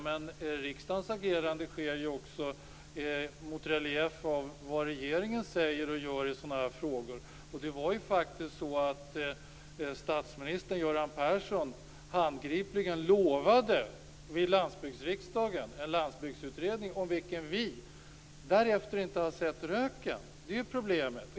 Men riksdagens agerande sker mot relief av vad regeringen säger och gör i sådana frågor. Statsminister Göran Persson lovade handgripligen vid landsbygdsriksdagen en landsbygdsutredning. Den har vi inte sett röken av.